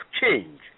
change